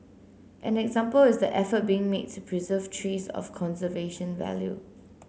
an example is the effort being made to preserve trees of conservation value